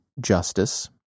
justice